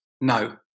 No